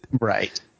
Right